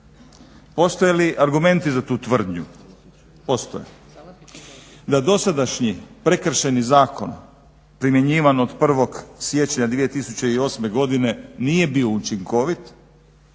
Postoje li argumenti za tu tvrdnju? Postoje. Da dosadašnji Prekršajni zakon primjenjivan od 1. siječnja 2008. godine nije bio učinkovit,